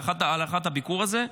על הארכת הביקור הזה,